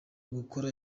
gukora